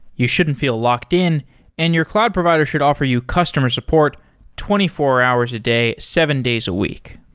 you shouldn't feel locked in and your cloud provider should offer you customer support twenty four hours a day, seven days a week,